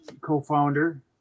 co-founder